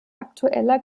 aktueller